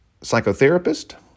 psychotherapist